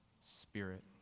spirit